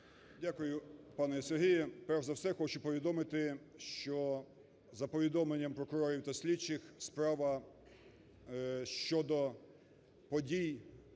Дякую, пане Сергію. Перш за все хочу повідомити, що за повідомленням прокурорів та слідчих справа щодо подій